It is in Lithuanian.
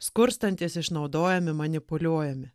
skurstantys išnaudojami manipuliuojami